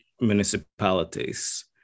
municipalities